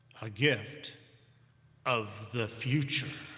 a gift of the future!